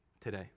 today